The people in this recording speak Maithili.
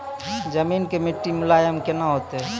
जमीन के मिट्टी मुलायम केना होतै?